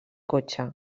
cotxe